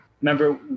Remember